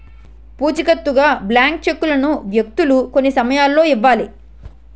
పూచికత్తుగా బ్లాంక్ చెక్కులను వ్యక్తులు కొన్ని సమయాల్లో ఇవ్వాలి